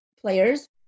players